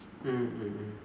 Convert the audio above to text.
mm mm mm